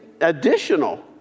additional